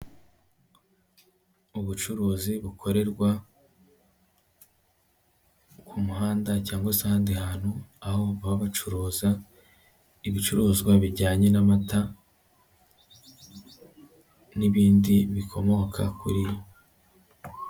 Ubucuruzi bukorerwa ku muhanda cyangwa ahandi hantu, aho baba bacuruza ibicuruzwa bijyanye n'amata n'ibindi bikomoka kuri.